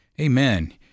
Amen